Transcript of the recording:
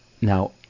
now